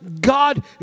God